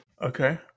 Okay